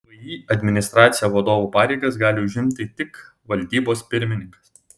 vį administracijos vadovo pareigas gali užimti tik valdybos pirmininkas